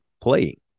playing